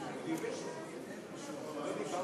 תודה רבה,